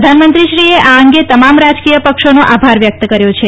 પ્રધાનમંત્રીશ્રીએ આ અંગે તમામ રાજકીય પક્ષોનો આભાર વ્યક્ત કર્યો છે